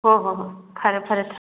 ꯍꯣꯏ ꯍꯣꯏ ꯍꯣꯏ ꯐꯔꯦ ꯐꯔꯦ